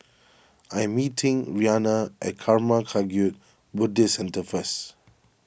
I am meeting Rhianna at Karma Kagyud Buddhist Centre first